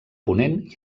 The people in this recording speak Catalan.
ponent